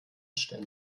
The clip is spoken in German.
ständer